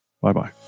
Bye-bye